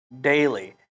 daily